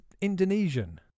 Indonesian